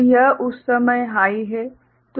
तो यह उस समय हाइ है